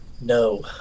No